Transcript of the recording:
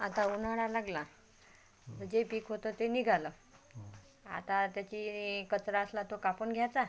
आता उन्हाळा लागला जे पिक होतं ते निघालं आता त्याची कचरा असला तो कापून घ्यायचा